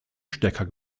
stecker